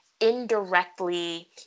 indirectly